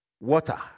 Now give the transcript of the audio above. water